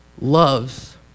loves